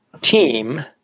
team